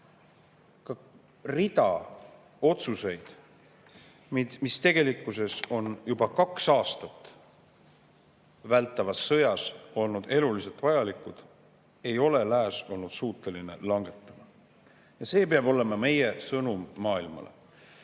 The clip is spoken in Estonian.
hulka otsuseid, mis tegelikkuses olnuks juba kaks aastat vältavas sõjas eluliselt vajalikud, ei ole lääs olnud suuteline langetama. See peab olema meie sõnum maailmale: